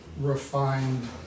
refined